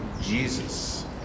Jesus